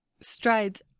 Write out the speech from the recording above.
strides